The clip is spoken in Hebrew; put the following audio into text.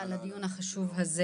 חברי הכנסת,